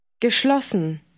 Geschlossen